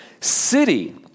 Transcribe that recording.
city